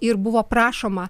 ir buvo prašoma